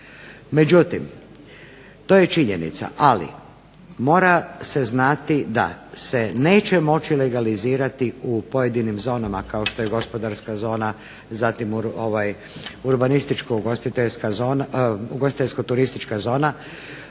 Međutim to je činjenica, ali mora se znati da se neće moći legalizirati u pojedinim zonama, kao što je gospodarska zona, zatim urbanističko-ugostiteljska zona, ugostiteljsko-turistička zona,